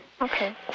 Okay